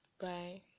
Bye